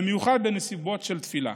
במיוחד בנסיבות של תפילה.